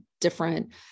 different